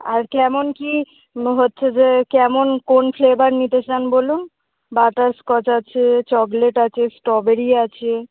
আর কেমন কী হচ্ছে যে কেমন কোন ফ্লেভার নিতে চান বলুন বাটারস্কচ আছে চকলেট আছে স্ট্রবেরি আছে